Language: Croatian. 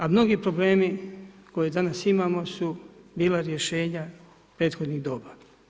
A mnogi problemi koje danas imamo su bila rješenja prethodnih doba.